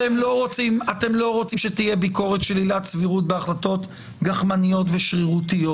אתם לא רוצים שתהיה ביקורת של עילת סבירות בהחלטות גחמניות ושרירותיות.